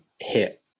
hit